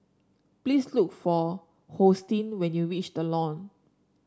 please look for Hosteen when you reach The Lawn